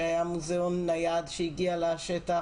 שהיה מוזיאון נייד שהגיע לשטח.